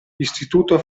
istituto